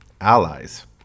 allies